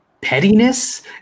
pettiness